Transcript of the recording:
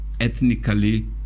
ethnically